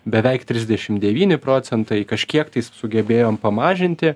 beveik trisdešim devyni procentai kažkiek tais sugebėjom pamažinti